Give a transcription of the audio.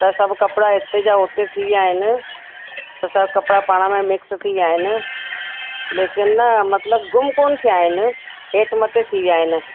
त सभु कपिड़ा हिते जा हुते थी विया आहिनि त सभु कपिड़ा पाण में मिक्स थी विया आहिनि लेकिन न मतिलब गुम कोन्ह थिया आहिनि हेठि मथे थी विया आहिनि